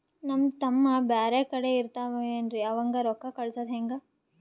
ನಮ್ ತಮ್ಮ ಬ್ಯಾರೆ ಕಡೆ ಇರತಾವೇನ್ರಿ ಅವಂಗ ರೋಕ್ಕ ಕಳಸದ ಹೆಂಗ?